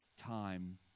time